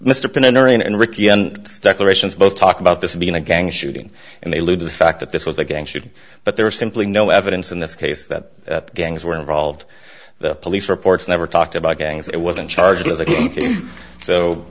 and declarations both talk about this being a gang shooting and they lose the fact that this was a gang should but there is simply no evidence in this case that gangs were involved the police reports never talked about gangs it was in charge